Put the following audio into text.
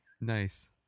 nice